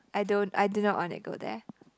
I don't I do not wanna go there